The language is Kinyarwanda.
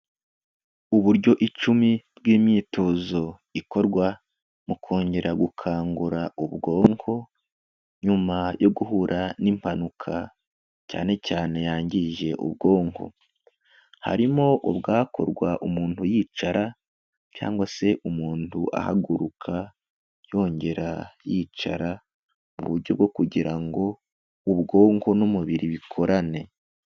Uburyo icumi bw'imyitozo ikorwa mu kongera gukangura ubwonko, nyuma yo guhura n'impanuka cyane cyane yangije ubwonko. Harimo ubwakorwa umuntu yicara cyangwa se umuntu ahaguruka yongera yicara, mu buryo bwo kugira ngo ubwonko n'umubiri bikorane.